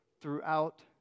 throughout